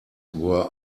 were